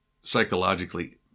psychologically